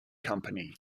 company